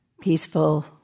peaceful